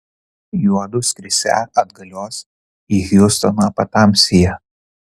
juodu skrisią atgalios į hjustoną patamsyje